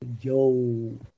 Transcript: yo